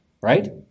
right